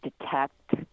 detect